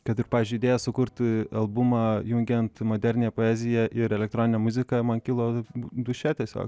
kad ir pavyzdžiui idėja sukurti albumą jungiant modernią poeziją ir elektroninę muziką man kilo duše tiesiog